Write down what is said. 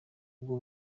ubwo